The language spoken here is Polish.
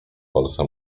polsce